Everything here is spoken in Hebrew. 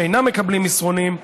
שאינם מקבלים מסרונים,